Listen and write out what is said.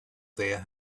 there